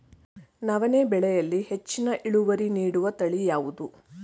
ನವಣೆ ಬೆಳೆಯಲ್ಲಿ ಹೆಚ್ಚಿನ ಇಳುವರಿ ನೀಡುವ ತಳಿ ಯಾವುದು?